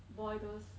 boil those